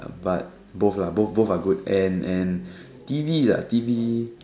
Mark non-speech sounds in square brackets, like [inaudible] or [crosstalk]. but both lah both both are good and and T_V ah T_V [noise]